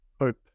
hope